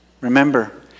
Remember